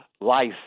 life